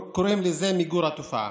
קוראים לזה מיגור התופעה.